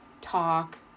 talk